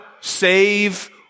save